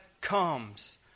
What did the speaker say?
comes